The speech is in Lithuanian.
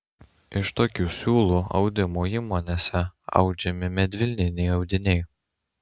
iš tokių siūlų audimo įmonėse audžiami medvilniniai audiniai